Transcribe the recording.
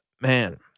man